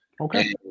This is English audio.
okay